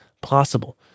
possible